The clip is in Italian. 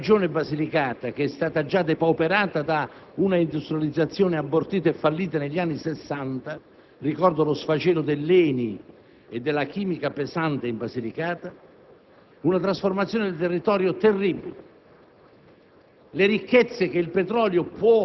una piccola Regione come la Basilicata, che è stata già depauperata da una industrializzazione abortita e fallita negli anni Sessanta (ricordo lo sfacelo dell'ENI e della chimica pesante) e ha subito una trasformazione del territorio terribile,